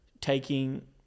Taking